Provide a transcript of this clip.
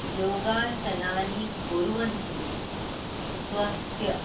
योगासनानि कुर्वन्तु स्वस्य